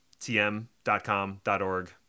tm.com.org